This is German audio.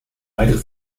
weitere